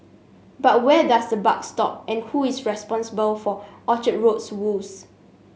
but where does the buck stop and who is responsible for Orchard Road's woes